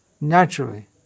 naturally